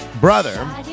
brother